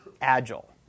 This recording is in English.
agile